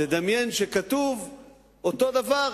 תדמיין שכתוב אותו הדבר,